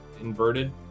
inverted